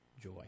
joy